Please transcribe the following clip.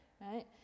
right